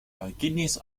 kidneys